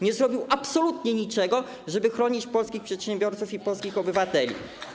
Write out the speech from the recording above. Nie zrobił absolutnie nic, żeby chronić polskich przedsiębiorców i polskich obywateli.